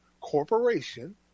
corporation